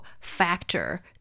factor